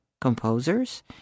composers